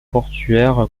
portuaire